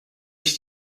ich